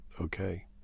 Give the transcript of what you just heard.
okay